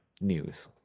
news